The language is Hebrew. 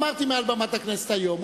ואמרתי מעל במת הכנסת היום,